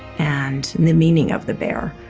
and, the meaning of the bear.